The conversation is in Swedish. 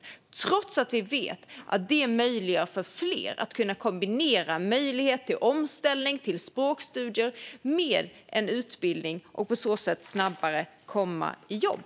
Det gör de trots att vi vet att det möjliggör för fler att kunna kombinera omställning och språkstudier med en utbildning för att på så sätt snabbare komma i jobb.